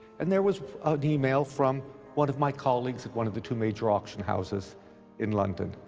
and there was email from one of my colleagues at one of the two major auction houses in london,